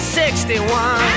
61